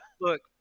Look